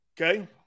Okay